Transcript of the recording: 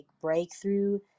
breakthrough